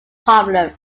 problem